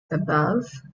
above